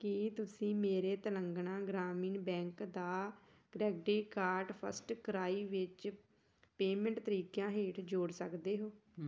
ਕੀ ਤੁਸੀਂਂ ਮੇਰੇ ਤੇਲੰਗਾਨਾ ਗ੍ਰਾਮੀਣ ਬੈਂਕ ਦਾ ਕਰੇਡਿਟ ਕਾਰਡ ਫ਼ਰਸਟਕ੍ਰਾਈ ਵਿੱਚ ਪੇਮੈਂਟ ਤਰੀਕਿਆਂ ਹੇਠ ਜੋੜ ਸਕਦੇ ਹੋ